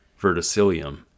verticillium